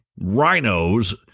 rhinos